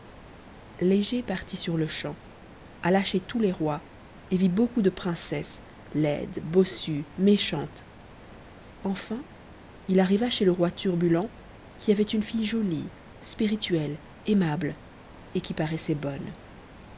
léger partit sur-le-champ alla chez tous les rois et vit beaucoup de princesses laides bossues méchantes enfin il arriva chez le roi turbulent qui avait une fille jolie spirituelle aimable et qui paraissait bonne